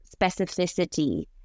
specificity